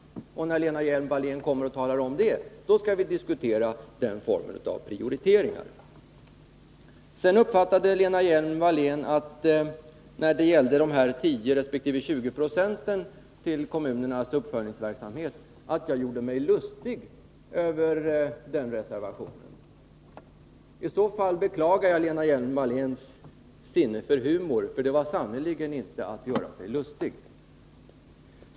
När Lena Hjelm-Wallén föreslår detta skall vi diskutera prioriteringar. Lena Hjelm-Wallén uppfattade det så, att jag gjorde mig lustig över reservationen om att en viss del av statsbidraget skall avsättas till kommunernas uppföljningsverksamhet. I så fall beklagar jag Lena Hjelm Walléns sinne för humor. Jag gjorde mig sannerligen inte lustig!